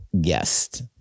guest